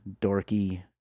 dorky